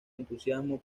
entusiasmo